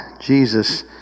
Jesus